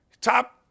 Top